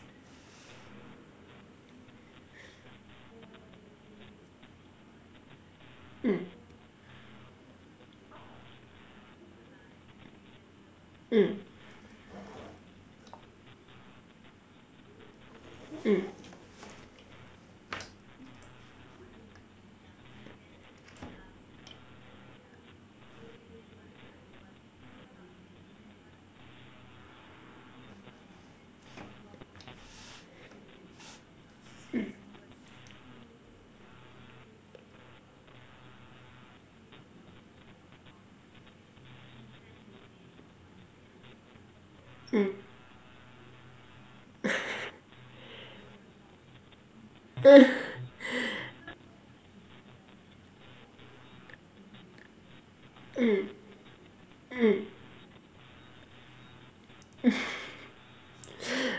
mm mm mm mm mm mm mm mm